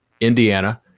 Indiana